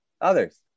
Others